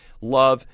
Love